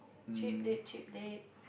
cheat day cheat day